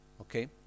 okay